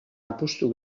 apustu